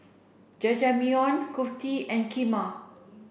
Jajangmyeon Kulfi and Kheema